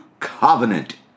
Covenant